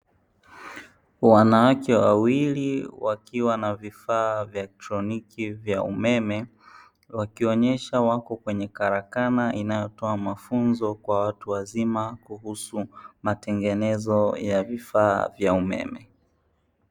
Wanawake wawili wakiwa na vifaa vya kielektroniki vya umeme, wakionyesha wapo kwenye karakana inayotoa mafunzo kwa watu wazima kuhusu matengenezo ya vifaa vya umeme.